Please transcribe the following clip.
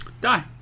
Die